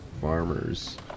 farmers